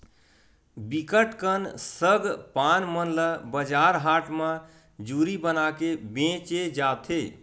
बिकट कन सग पान मन ल बजार हाट म जूरी बनाके बेंचे जाथे